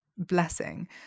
blessing